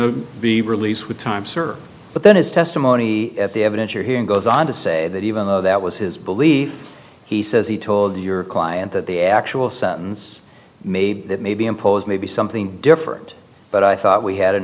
to be released with time served but then his testimony at the evidence you're hearing goes on to say that even though that was his belief he says he told your client that the actual sentence may be that maybe impose maybe something different but i thought we had an